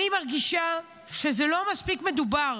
אני מרגישה שזה לא מספיק מדובר